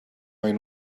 maen